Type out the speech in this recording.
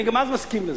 אני גם אז מסכים לזה,